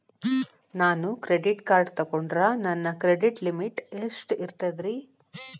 ನಾನು credit card ತೊಗೊಂಡ್ರ ನನ್ನ ಕ್ರೆಡಿಟ್ ಲಿಮಿಟ್ ಎಷ್ಟ ಇರ್ತದ್ರಿ?